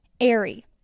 airy